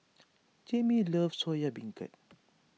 Jame loves Soya Beancurd